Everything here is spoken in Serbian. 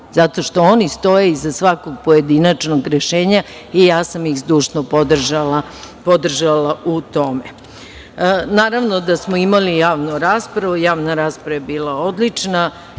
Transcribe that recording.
zato što oni stoje iza svakog pojedinačnog rešenja, i ja sam ih zdušno podržala u tome. Naravno da smo imali javnu raspravu. Javna rasprava je bila odlična.